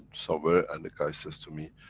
somewhere, and the guy says to me,